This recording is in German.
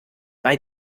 bei